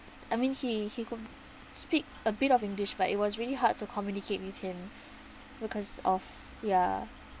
I mean he he could speak a bit of english but it was really hard to communicate with him because of ya